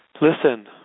listen